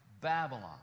Babylon